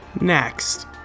Next